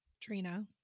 Trina